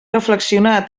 reflexionar